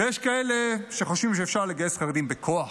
ויש כאלה שחושבים שאפשר לגייס חרדים בכוח,